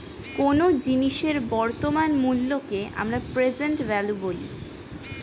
কোনো জিনিসের বর্তমান মূল্যকে আমরা প্রেসেন্ট ভ্যালু বলি